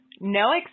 no